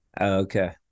Okay